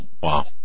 Wow